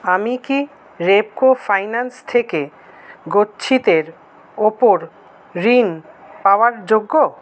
আমি কি Repco finance থেকে গচ্ছিতের ওপর ঋণ পাওয়ার যোগ্য